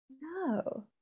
no